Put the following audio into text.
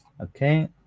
Okay